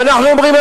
ואנחנו אומרים: